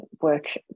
work